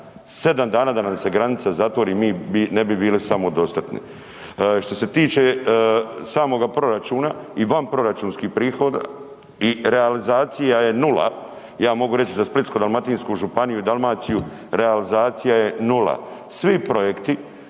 7 dana da nam se granica zatvori mi ne bi bili samodostatni. Što se tiče samoga proračuna i vanproračunskih prihoda i realizacija je nula, ja mogu reći za Splitsko-dalmatinsku županiju i Dalmaciju realizacija je nula. Svi projekti